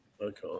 Okay